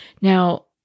Now